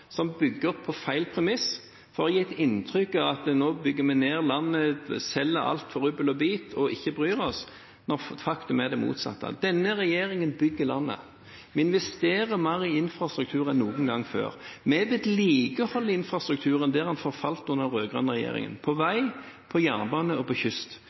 som bygger på feil premiss, for å gi inntrykk av at nå bygger vi ned landet, selger alt, rubbel og bit, og ikke bryr oss – når faktum er det motsatte. Denne regjeringen bygger landet. Vi investerer mer i infrastruktur enn noen gang før. Vi vedlikeholder infrastrukturen der den forfalt under den rød-grønne regjeringen – på vei, på jernbane og på kyst.